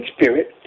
Spirit